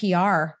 PR